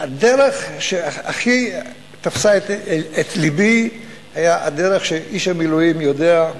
הדרך שהכי תפסה את לבי היתה הדרך שאיש המילואים יודע,